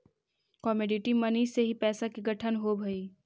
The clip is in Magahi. कमोडिटी मनी से ही पैसा के गठन होवऽ हई